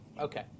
Okay